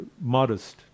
modest